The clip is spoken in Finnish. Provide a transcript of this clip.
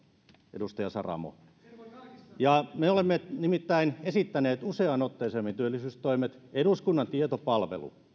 edustaja saramo me olemme nimittäin esittäneet useaan otteeseen työllisyystoimet eduskunnan tietopalvelu